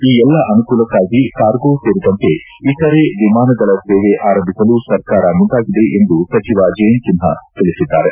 ಈ ಎಲ್ಲ ಅನುಕೂಲಕ್ಕಾಗಿ ಕಾರ್ಗೋ ಸೇರಿದಂತೆ ಇತರೆ ವಿಮಾನಗಳ ಸೇವೆ ಆರಂಭಿಸಲು ಸರ್ಕಾರ ಮುಂದಾಗಿದೆ ಎಂದು ಸಚಿವ ಜಯಂತ್ ಸಿನ್ಹಾ ತಿಳಿಸಿದ್ದಾರೆ